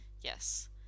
yes